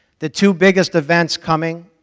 the two biggest events coming,